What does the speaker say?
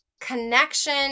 connection